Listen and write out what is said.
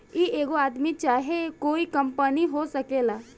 ई एगो आदमी चाहे कोइ कंपनी हो सकेला